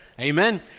Amen